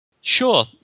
Sure